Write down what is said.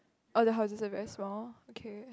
all the houses are very small okay